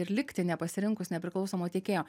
ir likti nepasirinkus nepriklausomo tiekėjo